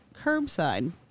curbside